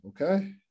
okay